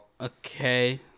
Okay